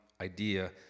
idea